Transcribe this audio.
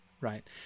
Right